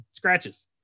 Scratches